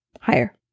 Higher